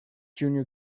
junior